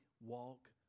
walk